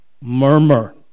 Murmur